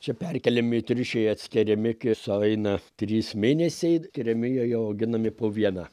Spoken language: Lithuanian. čia perkeliami triušiai atskiriami kai sueina trys mėnesiai atskiriami auginami po vieną